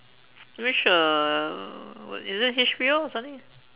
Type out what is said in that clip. which uh what is it H_B_O or something